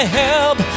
help